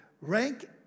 rank